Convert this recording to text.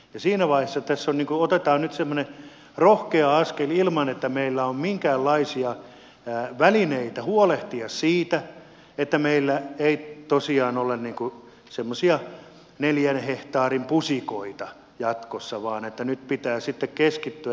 siinä vaiheessa tässä otetaan nyt semmoinen rohkea askel ilman että meillä on minkäänlaisia välineitä huolehtia siitä että meillä ei tosiaan ole semmoisia neljän hehtaarin pusikoita jatkossa vaan nyt pitää sitten keskittyä